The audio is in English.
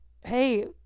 hey